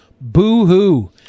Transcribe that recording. Boo-hoo